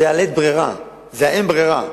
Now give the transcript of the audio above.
זה בלית ברירה, זה האין ברירה.